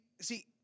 see